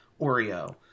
Oreo